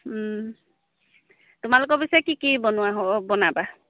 তোমালোকৰ পিছে কি কি বনোৱা হ বনাবা